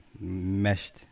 meshed